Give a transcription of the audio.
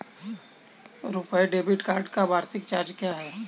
RuPay debit card का वार्षिक charge क्या है?